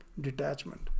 detachment